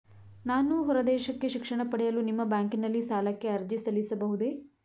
ನಾನು ಹೊರದೇಶಕ್ಕೆ ಶಿಕ್ಷಣ ಪಡೆಯಲು ನಿಮ್ಮ ಬ್ಯಾಂಕಿನಲ್ಲಿ ಸಾಲಕ್ಕೆ ಅರ್ಜಿ ಸಲ್ಲಿಸಬಹುದೇ?